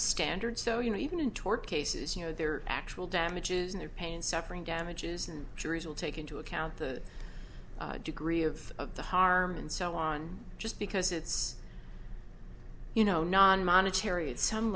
standard so you know even in tort cases you know their actual damages and their pain suffering damages and juries will take into account the degree of the harm and so on just because it's you know non monetary at some